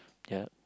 ya